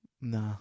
Nah